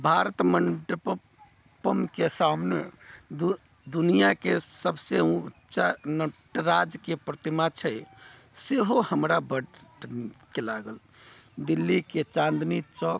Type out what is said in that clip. भारत मण्डप पमके सामने दु दुनिआँके सभसँ ऊँचा नटराजके प्रतिमा छै सेहो हमरा बड़ नीक लागल दिल्लीके चाँदनी चौक